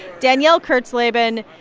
danielle kurtzleben,